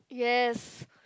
yes